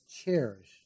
cherish